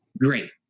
Great